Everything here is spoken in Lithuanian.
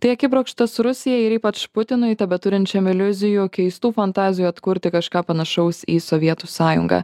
tai akibrokštas rusijai ir ypač putinui tebekuriančiam iliuzijų keistų fantazijų atkurti kažką panašaus į sovietų sąjungą